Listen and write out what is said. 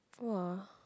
!wah!